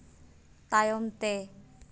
ᱛᱟᱭᱚᱢ ᱛᱮ